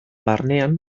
barnean